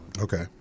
okay